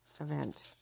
event